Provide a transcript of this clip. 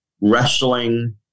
wrestling